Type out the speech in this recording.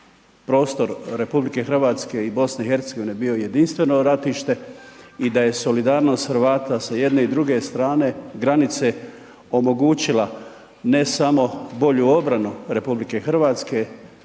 prostor RH i BiH bio jedinstveno ratište i da je solidarnost Hrvata sa jedne i druge strane granice omogućila ne samo bolju obranu RH,